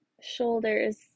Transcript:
shoulders